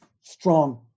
strong